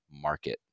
market